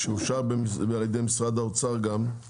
שגם אושר על ידי משרד האוצר,